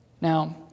Now